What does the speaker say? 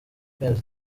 kwemeza